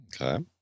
Okay